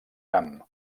camp